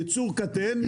ייצור קטן,